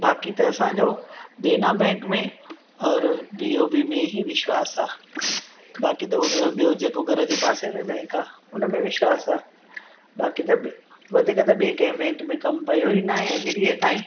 बाक़ी त असांजो देना बैंक में और बी ओ बी में ई विश्वास आहे बाक़ी त ॿियों जेको घर जे पासे में बैंक आहे उन में विश्वास आहे बाक़ी त वधीक त ॿिए कंहिं बैंक में कमु पयो ई न आहे अॼु ॾींहुं ताईं